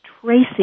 tracing